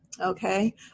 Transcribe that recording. Okay